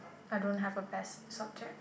I don't have a best subject